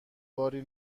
باری